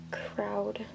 crowd